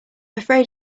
afraid